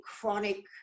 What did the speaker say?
chronic